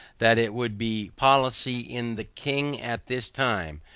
that it would be policy in the king at this time,